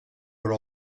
were